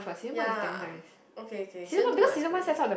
ya okay okay season two is not as good is it